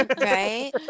Right